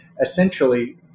essentially